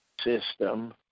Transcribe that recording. system